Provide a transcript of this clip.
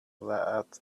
flat